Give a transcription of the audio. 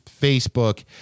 Facebook